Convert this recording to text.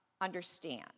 understand